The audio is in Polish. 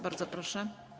Bardzo proszę.